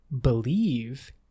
believe